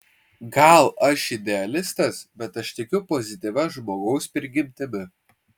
gal aš idealistas bet aš tikiu pozityvia žmogaus prigimtimi